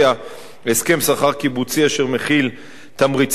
הסכם שכר קיבוצי אשר מכיל תמריצים משמעותיים